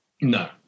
No